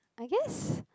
I guess